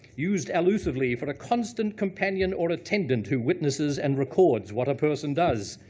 used allusively for a constant companion, or attendant, who witnesses and records what a person does.